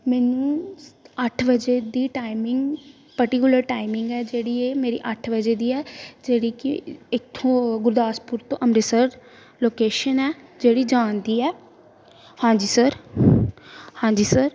ਮੈਨੂੰ ਅੱਠ ਵਜੇ ਦੀ ਟਾਈਮਿੰਗ ਪਰਟੀਕੁਲਰ ਟਾਈਮਿੰਗ ਹੈ ਜਿਹੜੀ ਇਹ ਮੇਰੀ ਅੱਠ ਵਜੇ ਦੀ ਹੈ ਜਿਹੜੀ ਕਿ ਇੱਥੋਂ ਗੁਰਦਾਸਪੁਰ ਤੋਂ ਅੰਮ੍ਰਿਤਸਰ ਲੋਕੇਸ਼ਨ ਹੈ ਜਿਹੜੀ ਜਾਣ ਦੀ ਹੈ ਹਾਂਜੀ ਸਰ ਹਾਂਜੀ ਸਰ